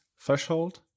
threshold